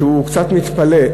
ואמר שהוא קצת מתפלא.